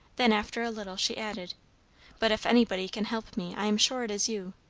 then after a little she added but if anybody can help me i am sure it is you.